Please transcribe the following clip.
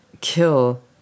kill